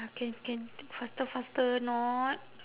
can can faster faster or not